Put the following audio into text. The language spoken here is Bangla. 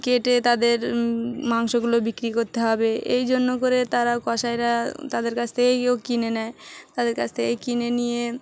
কেটে তাদের মাংসগুলো বিক্রি করতে হবে এই জন্য করে তারা কসাইরা তাদের কাছ থেকেও কিনে নেয় তাদের কাছ থেকে কিনে নিয়ে